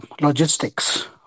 logistics